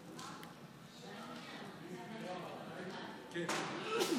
לוועדת הפנים והגנת הסביבה נתקבלה.